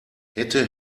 hätte